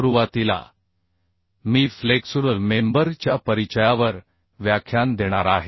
सुरुवातीला मी flexural member च्या परिचयावर व्याख्यान देणार आहे